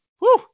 whoo